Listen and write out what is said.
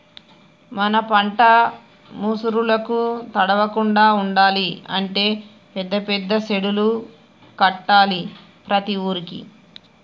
మన పంట ముసురులకు తడవకుండా ఉండాలి అంటే పెద్ద పెద్ద సెడ్డులు కట్టాలి ప్రతి ఊరుకి